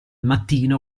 mattino